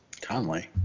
Conley